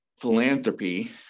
philanthropy